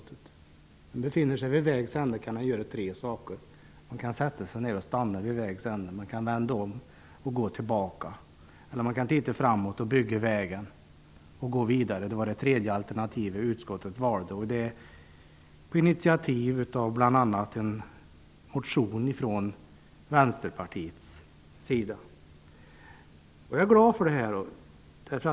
När man befinner sig där kan man göra tre saker: Man kan sätta sig ned och stanna vid vägs ände, man kan vända om och gå tillbaka eller man kan titta framåt, bygga vägen och gå vidare. Utskottet valde det tredje alternativet bl.a. på initiativ av en motion från Vänsterpartiet. Jag är glad över detta.